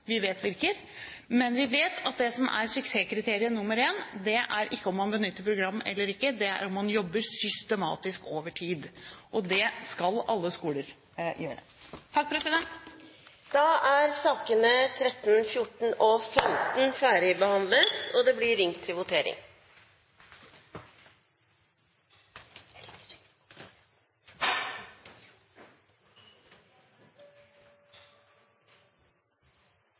vi vet virker, men vi vet at det som er suksesskriterium nummer én, er ikke om man benytter program eller ikke; det er om man jobber systematisk over tid. Og det skal alle skoler gjøre. Da er sakene nr. 13, 14 og 15 ferdigbehandlet. Stortinget går nå til votering.